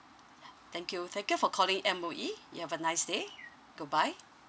ya thank you thank you for calling M_O_E you have a nice day goodbye